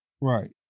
Right